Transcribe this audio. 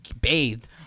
bathed